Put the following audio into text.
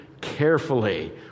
carefully